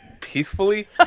peacefully